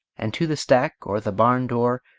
and to the stack, or the barn-door,